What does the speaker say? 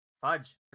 Fudge